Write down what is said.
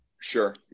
sure